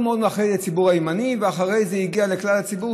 לציבור הימני ואחרי זה הגיעה לכלל הציבור,